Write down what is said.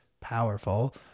powerful